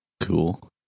Cool